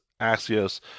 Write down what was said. Axios